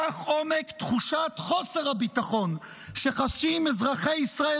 כך עומק תחושת חוסר הביטחון שחשים אזרחי ישראל